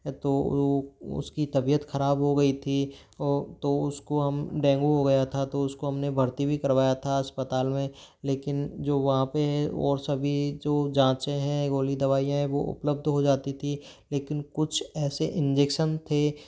तो ओ उस की तबीयत ख़राब हो गई थी ओ तो उस को हम डेंगू हो गया था तो उस को हम ने भरती भी करवाया था अस्पताल में लेकिन जो वहाँ पर है और सभी जो जाँचें हैं गोली दवाइयाँ हैं वो उपलब्ध हो जाती थी लेकिन कुछ ऐसे इंजेक्सन थे